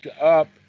up